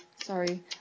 sorry